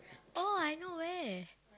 oh I know where